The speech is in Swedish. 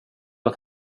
att